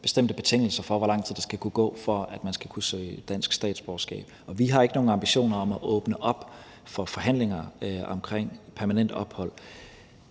bestemte betingelser for, hvor lang tid der skal kunne gå, for at man skal kunne søge dansk statsborgerskab. Vi har ikke nogen ambitioner om at åbne op for forhandlinger om permanent ophold.